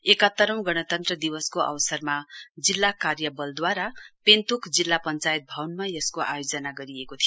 एकात्तरौ गणतन्त्र दिवसको अवसरमा जिल्ला कार्य बलद्वारा पेन्तोक जिल्ला पंचायत भवनमा यसको आयोजना गरिएको थियो